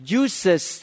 uses